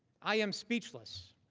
i am speechless.